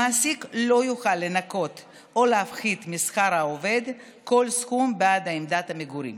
המעסיק לא יוכל לנכות או להפחית משכר העובד כל סכום בעד העמדת המגורים.